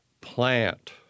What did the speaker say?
plant